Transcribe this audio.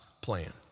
plan